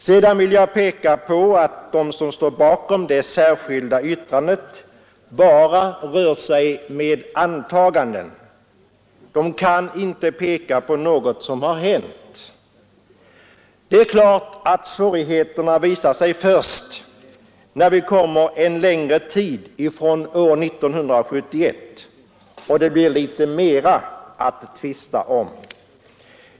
Sedan vill jag peka på att de som står bakom det särskilda yttrandet bara rör sig med antaganden. De kan inte peka på något som hänt. Det är klart att svårigheterna visat sig först en längre tid efter 1971, då det har blivit litet mera att tvista om.